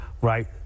right